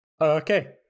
Okay